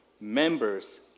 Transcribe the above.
members